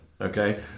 okay